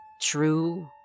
True